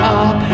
up